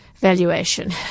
valuation